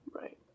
Right